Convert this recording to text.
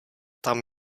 tam